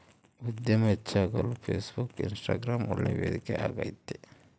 ಉದ್ಯಮ ಹೆಚ್ಚಾಗಲು Facebook, Instagram ಒಳ್ಳೆ ವೇದಿಕೆ ಆಗೈತೆ